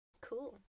Cool